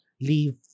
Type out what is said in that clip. leave